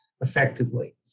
effectively